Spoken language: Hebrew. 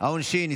העונשין (תיקון,